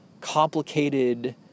complicated